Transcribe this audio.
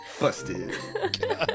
Busted